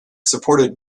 supported